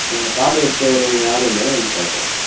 அந்த ஃபார்மை எடுத்துட்டு வர்றவங்க யார் வேணாலும் வந்து பார்க்கலாம் சார்